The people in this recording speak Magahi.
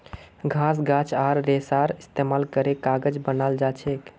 घास गाछ आर रेशार इस्तेमाल करे कागज बनाल जाछेक